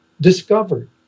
discovered